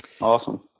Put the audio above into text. awesome